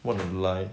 what a lie